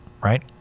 Right